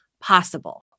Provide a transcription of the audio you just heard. possible